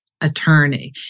attorney